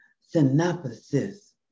synopsis